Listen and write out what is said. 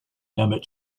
emmett